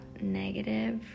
negative